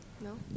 No